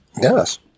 Yes